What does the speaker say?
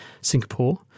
Singapore